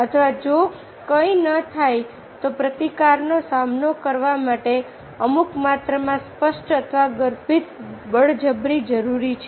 અથવા જો કંઈ ન થાય તો પ્રતિકારનો સામનો કરવા માટે અમુક માત્રામાં સ્પષ્ટ અથવા ગર્ભિત બળજબરી જરૂરી છે